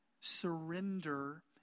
surrender